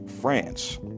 France